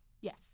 yes